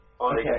Okay